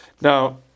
Now